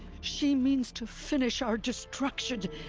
she means to finish our destruction!